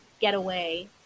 getaway